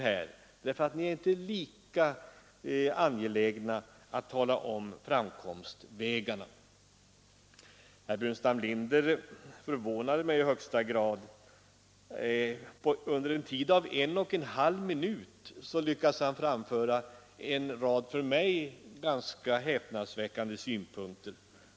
Ni är inte lika duktiga att tala om framkomstvägarna. Herr Burenstam Linder förvånade mig i högsta grad. Under en och en halv minut lyckades han framföra en rad för mig ganska motsägelsefulla synpunkter.